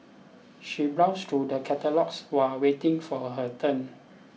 she browsed through the catalogues while waiting for her turn